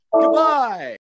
Goodbye